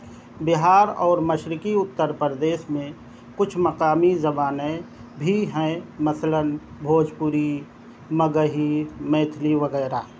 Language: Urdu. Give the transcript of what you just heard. بہار اور مشرقی اتر پردیش میں کچھ مقامی زبانیں بھی ہیں مثلاً بھوجپوری مگہی میتھلی وغیرہ